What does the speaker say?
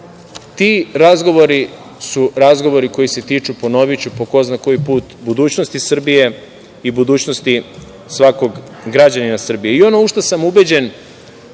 nalazimo, ali ti razgovori koji se tiču, ponoviću po ko zna koji put, budućnosti Srbije i budućnosti svakog građanina Srbije. Ono u šta sam ubeđen